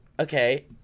okay